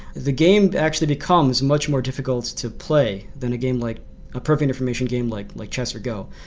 the game actually becomes much more difficult to play than a game like a perfect information game like like chess or go.